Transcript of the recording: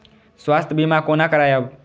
स्वास्थ्य सीमा कोना करायब?